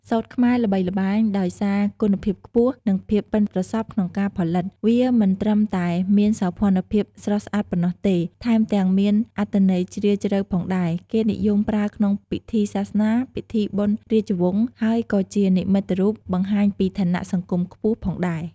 សូត្រខ្មែរល្បីល្បាញដោយសារគុណភាពខ្ពស់ និងភាពប៉ិនប្រសប់ក្នុងការផលិត វាមិនត្រឹមតែមានសោភ័ណភាពស្រស់ស្អាតប៉ុណ្ណោះទេ ថែមទាំងមានអត្ថន័យជ្រាលជ្រៅផងដែរ គេនិយមប្រើក្នុងពិធីសាសនា ពិធីបុណ្យរាជវង្ស ហើយក៏ជានិមិត្តរូបបង្ហាញពីឋានៈសង្គមខ្ពស់ផងដែរ។